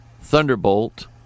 Thunderbolt